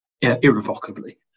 irrevocably